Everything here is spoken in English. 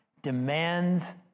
Demands